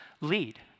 lead